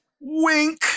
wink